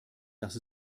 dass